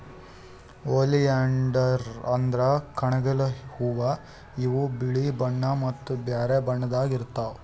oleander ಅಂದ್ರ ಕಣಗಿಲ್ ಹೂವಾ ಇವ್ ಬಿಳಿ ಬಣ್ಣಾ ಮತ್ತ್ ಬ್ಯಾರೆ ಬಣ್ಣದಾಗನೂ ಇರ್ತವ್